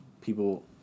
people